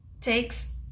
takes